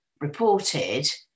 reported